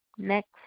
next